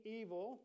evil